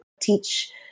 teach